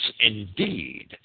indeed